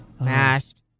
Mashed